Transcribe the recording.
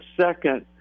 second